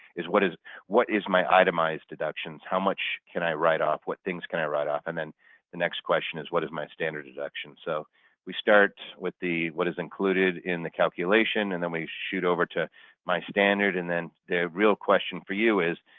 is what is what is my itemized deduction? how much can i write off? what things can i write off? and then the next question is what is my standard deduction. so we start with the what is included in the calculation and then we shoot over to my standard, and then the real question for you is,